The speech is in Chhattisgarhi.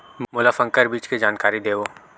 मोला संकर बीज के जानकारी देवो?